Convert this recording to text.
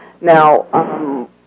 now